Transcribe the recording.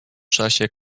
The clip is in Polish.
czasie